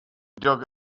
dug